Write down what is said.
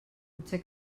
potser